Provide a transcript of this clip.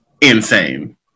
insane